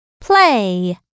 play